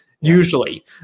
usually